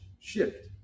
shift